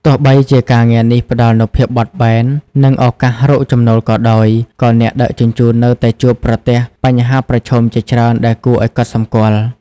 ទោះបីជាការងារនេះផ្តល់នូវភាពបត់បែន និងឱកាសរកចំណូលក៏ដោយ ក៏អ្នកដឹកជញ្ជូននៅតែជួបប្រទះបញ្ហាប្រឈមជាច្រើនដែលគួរឱ្យកត់សម្គាល់។